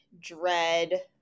dread